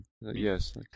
Yes